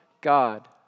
God